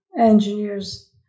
engineers